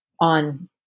on